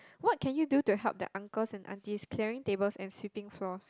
what can you do to help the uncles and aunties clearing tables and sweeping floors